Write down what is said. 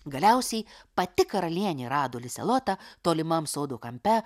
galiausiai pati karalienė radusi lisę lotą tolimam sodo kampe